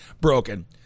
broken